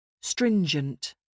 Stringent